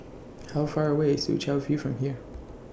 How Far away IS Soo Chow View from here